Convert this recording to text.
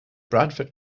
bradford